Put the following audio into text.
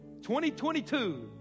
2022